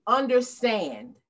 understand